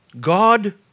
God